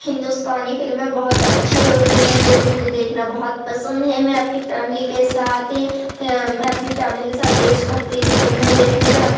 ہندوستانی فلمیں بہت اچھی ہوتی ہیں جو کہ مجھے دیکھنا بہت پسند ہے میں اپنی فیملی کے ساتھ ہی میں اپنی فیملی کے ساتھ دیش بھکتی کی فلمیں دیکھنے جاتی